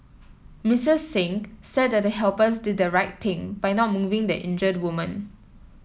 Missus Singh said the helpers did the right thing by not moving the injured woman